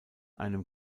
einem